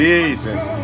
Jesus